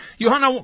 Johanna